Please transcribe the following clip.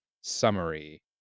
summary